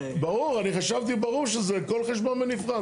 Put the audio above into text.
ברור, אני חשבתי ברור שזה כל חשבון בנפרד.